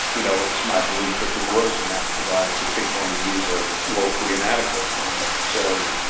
you know, it's my belief that the gross amounts provided for tick-borne disease are woefully inadequate. and so,